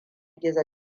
gizo